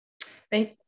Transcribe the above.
Thank